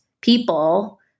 people